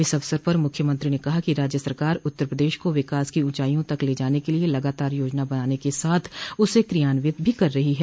इस अवसर पर मुख्यमंत्री ने कहा कि राज्य सरकार उत्तर प्रदेश को विकास की ऊंचाईयों तक ले जाने के लिये लगातार योजना बनाने के साथ उसे क्रियान्वित भी कर रहो हैं